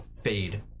fade